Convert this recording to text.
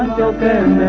bullpen,